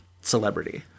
celebrity